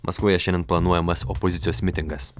maskvoje šiandien planuojamas opozicijos mitingas